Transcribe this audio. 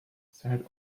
said